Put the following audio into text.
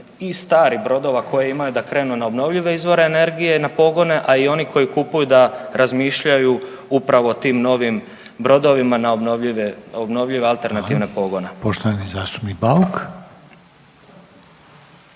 i stari brodova koje imaju da krenu na obnovljive izvore energije na pogone, a i oni koji kupuju da razmišljaju upravo o tim novim brodovima na obnovljive, obnovljive alternativne pogone.